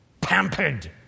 Pampered